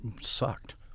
sucked